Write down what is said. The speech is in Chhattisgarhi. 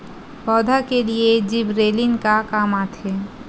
पौधा के लिए जिबरेलीन का काम आथे?